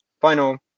final